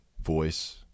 voice